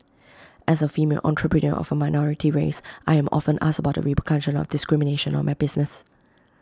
as A female entrepreneur of A minority race I am often asked about the repercussion of discrimination on my business